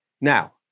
Now